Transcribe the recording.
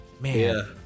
man